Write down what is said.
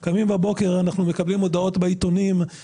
אנחנו קמים בבוקר, ואנחנו מקבלים הודעות בעיתונים.